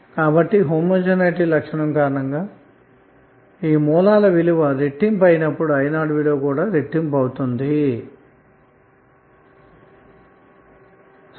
కాబట్టిసజాతీయ లక్షణం కారణంగాసోర్స్ ల యొక్క విలువ రెట్టింపు అయినప్పుడుI0విలువ కూడారెట్టింపుఅవుతుందన్నమాట